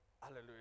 Hallelujah